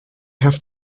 have